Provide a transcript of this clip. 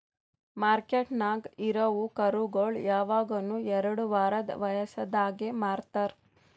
ಮಾರ್ಕೆಟ್ದಾಗ್ ಇರವು ಕರುಗೋಳು ಯವಗನು ಎರಡು ವಾರದ್ ವಯಸದಾಗೆ ಮಾರ್ತಾರ್